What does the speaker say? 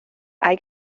hay